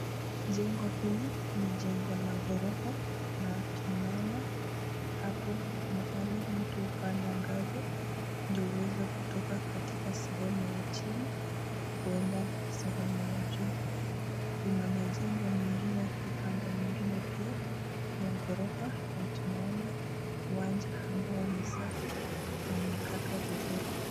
Jengo hili ni jengo la gorofa na tunaona hapo mahali mtu hupanda ngazi ndio uweze kutoka katika sehemu ya chini kwenda sehemu ya juu. Kuna majengo mengine upande mwingine pia ya gorofa na tunaona uwanja ambao ni safi na umekatwa vizuri.